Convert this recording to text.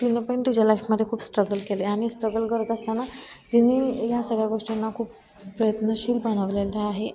तिनं पण तिच्या लाईफमध्ये खूप स्ट्रगल केले आणि स्ट्रगल करत असताना तिने या सगळ्या गोष्टींना खूप प्रयत्नशील बनवलेल्या आहे